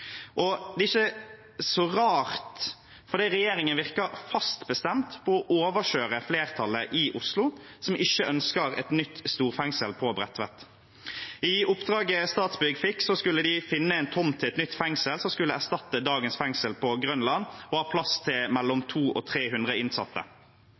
Det er ikke så rart, for regjeringen virker fast bestemt på å overkjøre flertallet i Oslo, som ikke ønsker et nytt storfengsel på Bredtvet. I oppdraget Statsbygg fikk, skulle de finne en tomt til et nytt fengsel som skulle erstatte dagens fengsel på Grønland, og ha plass til